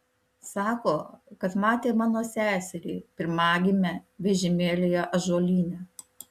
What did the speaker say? sako kad matė mano seserį pirmagimę vežimėlyje ąžuolyne